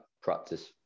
practice